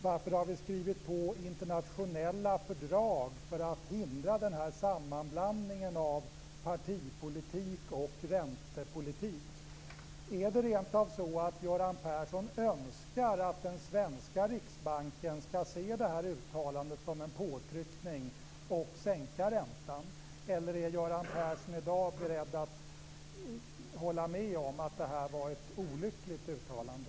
Varför har vi skrivit på internationella fördrag för att hindra den här sammanblandningen av partipolitik och räntepolitik? Är det rent av så att Göran Persson önskar att den svenska riksbanken skall se det här uttalandet som en påtryckning och sänka räntan, eller är Göran Persson i dag beredd att hålla med om att det här var ett olyckligt uttalande?